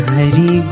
Hari